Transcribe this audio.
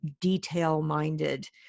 detail-minded